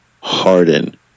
Harden